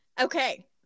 okay